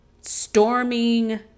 storming